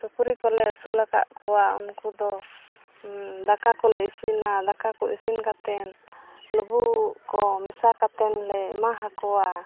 ᱥᱩᱠᱨᱤ ᱠᱚᱞᱮ ᱟᱹᱥᱩᱞ ᱟᱠᱟᱫ ᱠᱚᱣᱟ ᱩᱱᱠᱩ ᱫᱚ ᱫᱟᱠᱟ ᱠᱚᱞᱮ ᱤᱥᱤᱱᱟ ᱫᱟᱠᱟ ᱠᱚ ᱤᱥᱤᱱ ᱠᱟᱛᱮᱫ ᱞᱩᱵᱩᱜ ᱠᱚ ᱢᱮᱥᱟ ᱠᱟᱛᱮᱫ ᱞᱮ ᱮᱢᱟ ᱟᱠᱚᱣᱟ